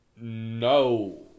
no